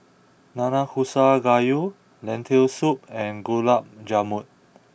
Nanakusa Gayu Lentil Soup and Gulab Jamun